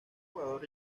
jugador